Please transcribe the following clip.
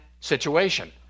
situation